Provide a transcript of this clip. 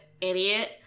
idiot